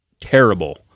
terrible